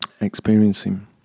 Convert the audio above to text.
experiencing